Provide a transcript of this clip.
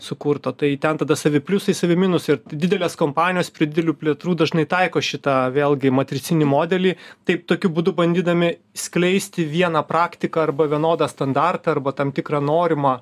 sukurtą tai ten tada savi pliusai savi minusai ir didelės kompanijos prie didelių plėtrų dažnai taiko šitą vėlgi matricinį modelį taip tokiu būdu bandydami skleisti vieną praktiką arba vienodą standartą arba tam tikrą norimą